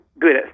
good